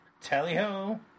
tally-ho